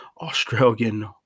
Australian